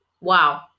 Wow